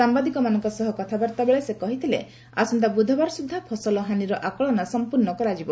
ସାମ୍ବାଦିକମାନଙ୍କ ସହ କଥାବାର୍ତ୍ତା ବେଳେ ସେ କହିଥିଲେ ଆସନ୍ତା ବୁଧବାର ସୁଦ୍ଧା ଫସଲ ହାନିର ଆକଳନ ସଂପ୍ରର୍ଷ୍ଣ କରାଯିବ